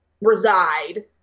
reside